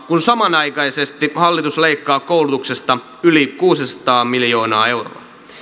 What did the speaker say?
kun samanaikaisesti hallitus leikkaa koulutuksesta yli kuusisataa miljoonaa euroa